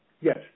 Yes